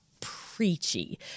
preachy